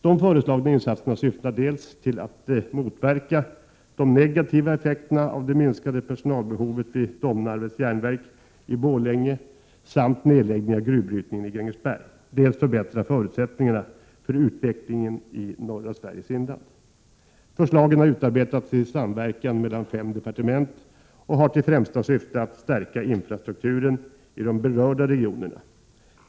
De föreslagna insatserna syftar till att dels motverka de negativa effekterna av det minskade personalbehovet vid Domnarvets järnverk i Borlänge och nedläggningen av gruvbrytningen i Grängesberg, dels förbättra förutsättningarna för utveckling i norra Sveriges inland. Förslagen har utarbetats i samverkan mellan fem departement och har till främsta syfte att stärka infrastrukturen i de berörda regionerna.